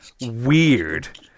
weird